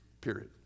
Period